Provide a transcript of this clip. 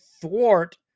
thwart